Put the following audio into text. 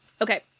Okay